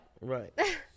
right